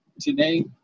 today